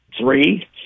three